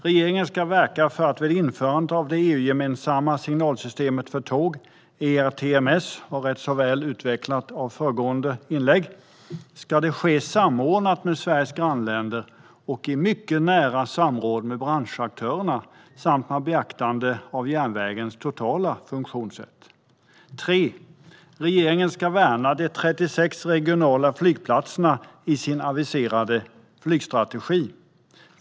För det andra: Vid införandet av det EU-gemensamma signalsystemet för tåg, ERTMS, vars utformning beskrevs rätt väl i föregående anförande, ska regeringen verka för att detta ska ske samordnat med Sveriges grannländer och i mycket nära samråd med branschaktörerna samt med beaktande av järnvägens totala funktionssätt. För det tredje: Regeringen ska värna de 36 regionala flygplatserna i sin aviserade flygstrategi.